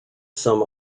some